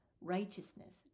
righteousness